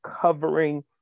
covering